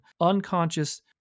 unconscious